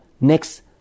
next